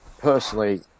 Personally